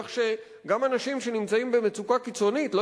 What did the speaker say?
כך שגם אנשים שנמצאים במצוקה קיצונית לא